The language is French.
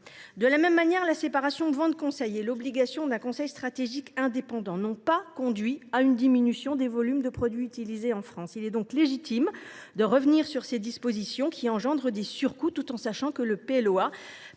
De la même manière, la séparation entre vente et conseil ainsi que l’obligation d’un conseil stratégique indépendant n’ont pas conduit à une diminution des volumes de produits utilisés en France. Il est donc légitime de revenir sur ces dispositions qui engendrent des surcoûts, alors que le